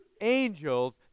angels